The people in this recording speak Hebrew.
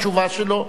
התשובה שלו,